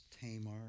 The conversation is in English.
Tamar